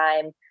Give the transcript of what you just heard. time